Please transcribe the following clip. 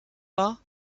war